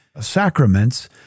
sacraments